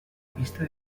pista